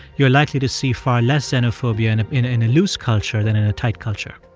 you're likely to see far less xenophobia and in in a loose culture than in a tight culture